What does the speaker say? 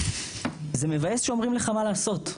זה מבאס שאומרים לך מה לעשות,